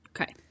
Okay